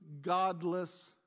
godless